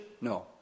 no